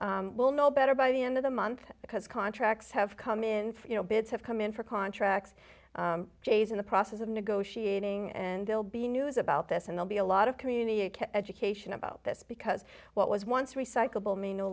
stream we'll know better by the end of the month because contracts have come in for you know bids have come in for contracts days in the process of negotiating and they'll be news about this and they'll be a lot of community education about this because what was once recyclable may no